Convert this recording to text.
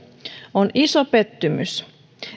on iso pettymys